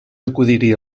acudiria